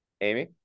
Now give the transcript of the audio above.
Amy